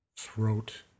throat